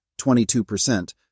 22%